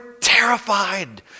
terrified